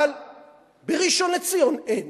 אבל בראשון-לציון, אין,